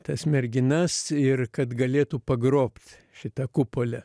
tas merginas ir kad galėtų pagrobt šitą kupolę